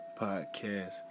Podcast